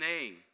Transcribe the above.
name